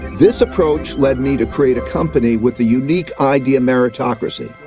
this approach led me to create a company with the unique idea meritocracy,